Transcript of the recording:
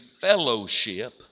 fellowship